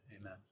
Amen